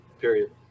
period